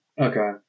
Okay